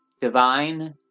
Divine